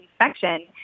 infection